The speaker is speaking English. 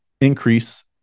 increase